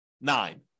nine